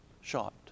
shot